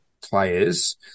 players